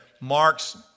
marks